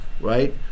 right